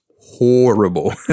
horrible